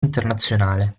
internazionale